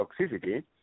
toxicity